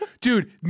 Dude